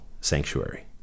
sanctuary